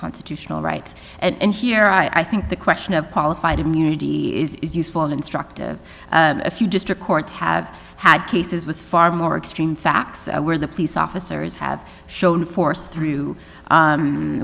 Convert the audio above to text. constitutional rights and here i think the question of qualified immunity is useful instructive a few district courts have had cases with far more extreme facts where the police officers have shown force through